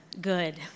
good